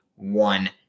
one